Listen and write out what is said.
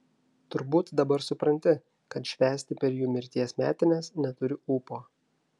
turbūt dabar supranti kad švęsti per jų mirties metines neturiu ūpo